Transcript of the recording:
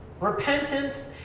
Repentance